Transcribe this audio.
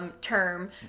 term